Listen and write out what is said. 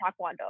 taekwondo